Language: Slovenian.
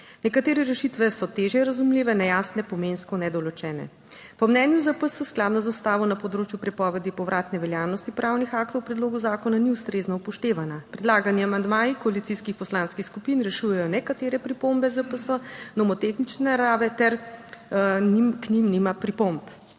Nekatere rešitve so težje razumljive, nejasne, pomensko nedoločene. Po mnenju ZPS skladnost z Ustavo na področju prepovedi povratne veljavnosti pravnih aktov v predlogu zakona ni ustrezno upoštevana. Predlagani amandmaji koalicijskih poslanskih skupin rešujejo nekatere pripombe ZPS nomotehnične narave ter k njim nima pripomb.